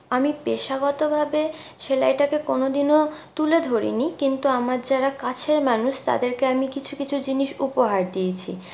আমি পেশাগতভাবে সেলাইটাকে কোনোদিনও তুলে ধরিনি কিন্তু আমার যারা কাছের মানুষ তাদেরকে আমি কিছু কিছু জিনিস উপহার দিয়েছি